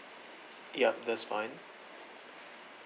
yup that's fine